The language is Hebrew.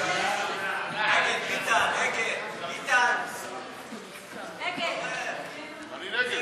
קבוצת סיעת מרצ וקבוצת סיעת המחנה